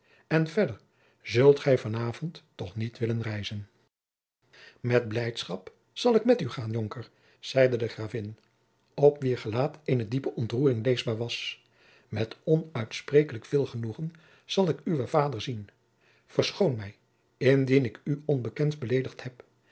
en verder zult gij van avond toch niet willen reizen met blijdschap zal ik met u gaan jonker zeide de gravin op wier gelaat eene diepe ontroering leesbaar was met onuitsprekelijk veel jacob van lennep de pleegzoon genoegen zal ik uwen vader zien verschoon mij indien ik u onbekend beledigd heb